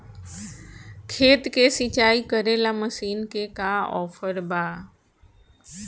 खेत के सिंचाई करेला मशीन के का ऑफर बा?